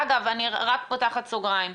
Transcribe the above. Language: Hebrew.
ואגב, אני רק פותחת סוגריים,